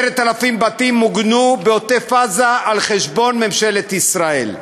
10,000 בתים מוגנו בעוטף-עזה על חשבון ממשלת ישראל.